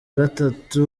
gatatu